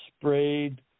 sprayed